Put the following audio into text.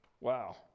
wow